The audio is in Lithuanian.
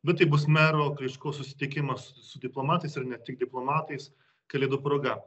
bet tai bus mero kličko susitikimas su diplomatais ir ne tik diplomatais kalėdų proga